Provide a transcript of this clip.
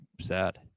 sad